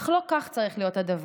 אך לא כך צריך להיות הדבר.